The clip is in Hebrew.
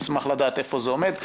אשמח לדעת איפה זה עומד.